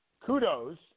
kudos